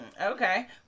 Okay